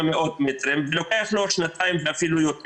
מאות מטרים ולוקח לו שנתיים ואפילו יותר.